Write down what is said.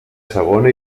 segona